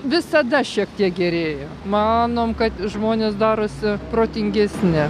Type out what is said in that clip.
visada šiek tiek gerėjo manom kad žmonės darosi protingesni